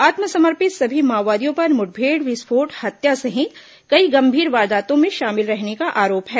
आत्मसमर्पित सभी माओवादियों पर मुठभेड़ विस्फोट हत्या सहित कई गंभीर वारदातों में शामिल रहने का आरोप है